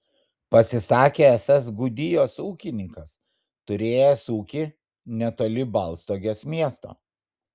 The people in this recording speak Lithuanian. pasisakė esąs gudijos ūkininkas turėjęs ūkį netoli baltstogės miesto